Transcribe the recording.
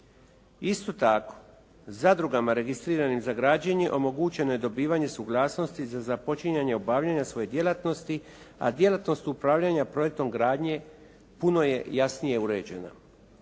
Isto tako, zadrugama registriranim za građenje omogućeno je dobivanje suglasnosti za započinjanje obavljanja svoje djelatnosti, a djelatnost upravljanja projektom gradnje puno je jasnije uređeno.